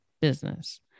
business